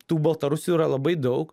tų baltarusių yra labai daug